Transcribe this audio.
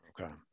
Okay